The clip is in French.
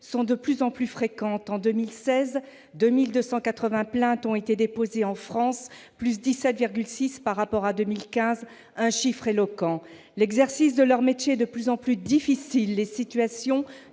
sont de plus en plus fréquentes. En 2016, quelque 2 280 plaintes ont été déposées en France, soit une hausse de 17,6 % par rapport à 2015. Ce chiffre est éloquent ! L'exercice de leur métier est de plus en plus difficile. Les situations